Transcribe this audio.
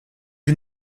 une